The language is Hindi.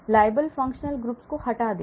labile functional groups को हटा दें